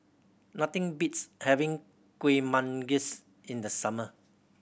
nothing beats having Kueh Manggis in the summer